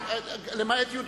למעט הסעיף